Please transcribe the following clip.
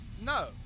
No